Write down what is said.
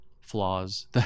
flaws